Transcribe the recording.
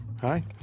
Hi